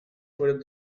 fueron